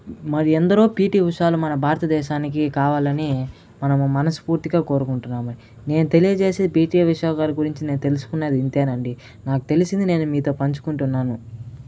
మరి ఎందరో పిటి ఉషాలు మన భారతదేశానికి కావాలని మనము మనస్ఫూర్తిగా కోరుకుంటున్నాము నేను తెలియజేసే పిటి ఉషా గారి గురించి నేను తెలుసుకున్నది ఇంతేనండి నాకు తెలిసింది నేను మీతో పంచుకుంటున్నాను